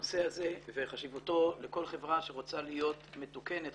הנושא הזה וחשיבותו לכל חברה שרוצה להיות מתוקנת,